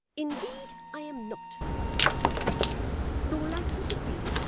indeed i am not said mrs chick nor likely to be,